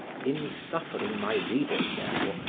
in suffering my readers, therefore,